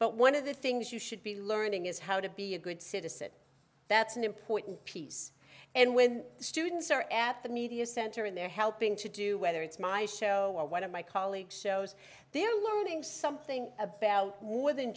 but one of the things you should be learning is how to be a good citizen that's an important piece and when students are at the media center and they're helping to do whether it's my show or one of my colleagues shows they're learning something about more than